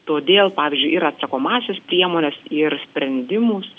todėl pavyzdžiui ir atsakomąsias priemones ir sprendimus